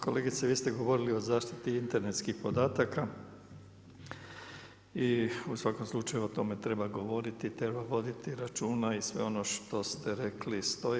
Kolegice vi ste govorili o zaštiti internetskih podataka i u svakom slučaju o tome treba govoriti, treba voditi računa i sve ono što ste rekli stoji.